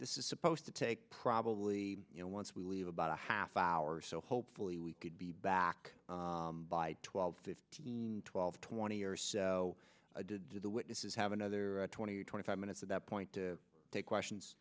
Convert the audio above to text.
this is supposed to take probably you know once we leave about a half hour so hopefully we could be back by twelve fifteen twelve twenty or so did the witnesses have another twenty twenty five minutes at that point to take questions